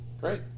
Great